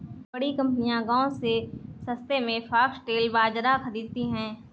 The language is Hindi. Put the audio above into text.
बड़ी कंपनियां गांव से सस्ते में फॉक्सटेल बाजरा खरीदती हैं